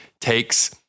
takes